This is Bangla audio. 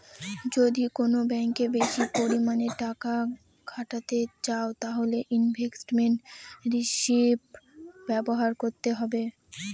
যদি কোন ব্যাঙ্কে বেশি পরিমানে টাকা খাটাতে চাও তাহলে ইনভেস্টমেন্ট রিষিভ ব্যবহার করতে হবে